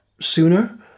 sooner